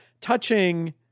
touching